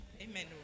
Amen